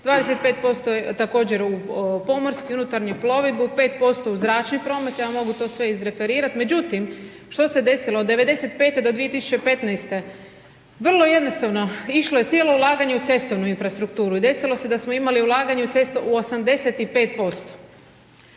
25% također u pomorski i unutarnju plovidbu, 5% u zračni promet, ja vam mogu to sve iz referirati. Međutim, što se je desilo? Od '95. do 2015. vrlo jednostavno išlo je cijelo ulaganje u cestovnu infrastrukturu, i desilo se da smo imali ulaganje u cestu u 85%.